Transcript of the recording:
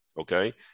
Okay